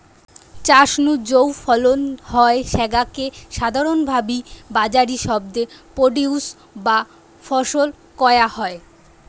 চাষ নু যৌ ফলন হয় স্যাগা কে সাধারণভাবি বাজারি শব্দে প্রোডিউস বা ফসল কয়া হয়